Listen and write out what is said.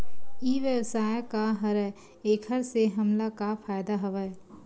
ई व्यवसाय का हरय एखर से हमला का फ़ायदा हवय?